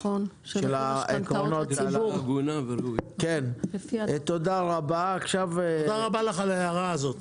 של העקרונות וה --- תודה רבה לך על ההערה הזאת.